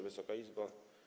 Wysoka Izbo!